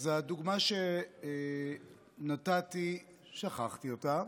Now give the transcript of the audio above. הדוגמה שנתתי, שכחתי אותה,